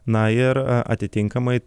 na ir atitinkamai